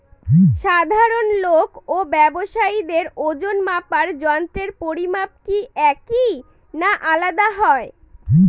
সাধারণ লোক ও ব্যাবসায়ীদের ওজনমাপার যন্ত্রের পরিমাপ কি একই না আলাদা হয়?